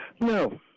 No